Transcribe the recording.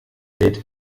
hält